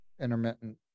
intermittent